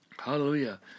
hallelujah